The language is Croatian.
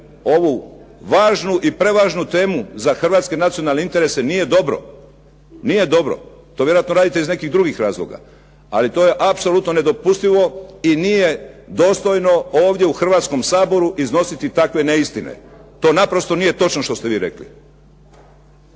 ovu važnu i prevažnu temu za hrvatske nacionalne interese nije dobro. To vjerojatno radite iz nekih drugih razloga ali to je apsolutno nedopustivo i nije dostojno ovdje u Hrvatskom saboru iznositi takve neistine. To naprosto nije točno što ste vi rekli.